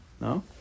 no